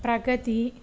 Pragati